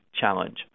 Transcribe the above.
challenge